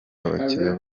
abakiriya